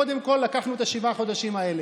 קודם כול לקחנו את שבעה החודשים האלה.